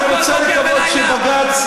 אני רוצה לקוות שבג"ץ,